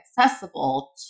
accessible